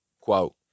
Quote